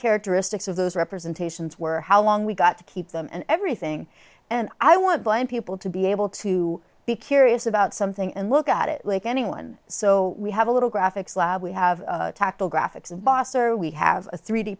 characteristics of those representations were how long we got to keep them and everything and i want blind people to be able to be curious about something and look at it like anyone so we have a little graphics lab we have tactile graphics boss or we have a three d